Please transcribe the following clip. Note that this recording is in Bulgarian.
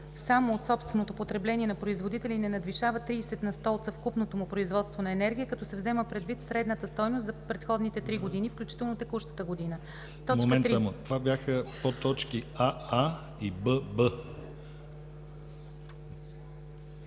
само от собственото потребление на производителя и не надвишава 30 на сто от съвкупното му производство на енергия, като се взема предвид средната стойност за предходните три години, включително текущата година. 3. Дейности във